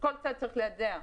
כל צד צריך ליידע,